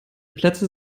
plätze